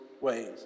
ways